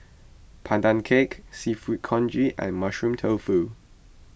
Pandan Cake Seafood Congee and Mushroom Tofu